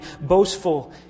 boastful